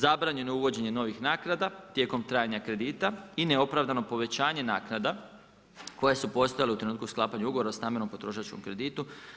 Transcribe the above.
Zabranjeno je uvođenje novih naknada tijekom trajanja kredita i neopravdano povećanje naknada koje su postojale u trenutku sklapanja ugovora o stambenom potrošačkom kreditu.